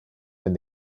been